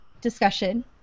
discussion